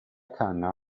khanna